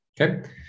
okay